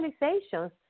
realizations